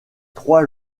trois